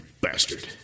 bastard